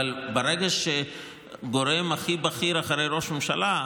אבל ברגע שהגורם הכי בכיר אחרי ראש ממשלה,